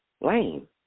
Lame